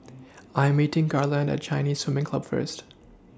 I Am meeting Garland At Chinese Swimming Club First